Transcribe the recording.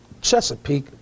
Chesapeake